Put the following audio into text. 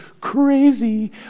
crazy